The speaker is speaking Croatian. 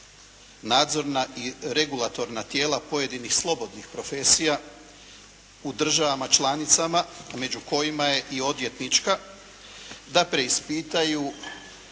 nadzorna i regulatorna tijela pojedinih slobodnih profesija u državama članicama među kojima je i odvjetnička, da preispitaju